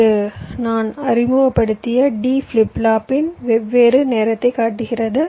இது நான் அறிமுகப்படுத்திய D ஃபிளிப் ஃப்ளாப்பின் வெவ்வேறு நேரத்தைக் காட்டுகிறது